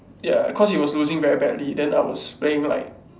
ya cause he was losing very badly then I was playing like